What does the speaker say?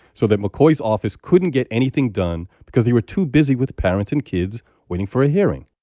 so that mccoy's office couldn't get anything done because they were too busy with parents and kids waiting for a hearing.